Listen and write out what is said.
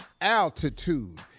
altitude